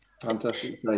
Fantastic